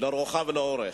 לרוחב ולאורך.